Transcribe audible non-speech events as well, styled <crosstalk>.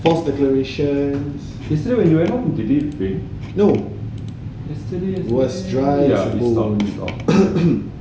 false declarations no was dry <coughs>